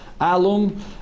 alum